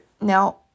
Now